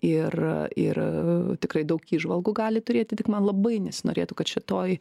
ir ir tikrai daug įžvalgų gali turėti tik man labai nesinorėtų kad šitoj